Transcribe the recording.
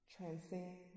transcend